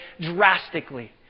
drastically